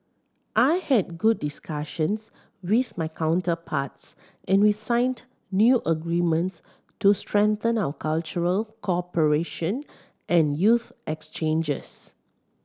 I had good discussions with my counterparts and we signed new agreements to strengthen our cultural cooperation and youth exchanges